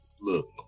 look